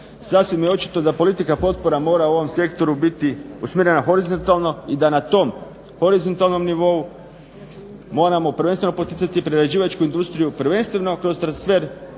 Sasvim je očito da politika potpora mora u ovom sektoru biti usmjerena horizontalno i da na tom horizontalnom nivou moramo prvenstveno poticati prerađivačku industriju, prvenstveno kroz transfer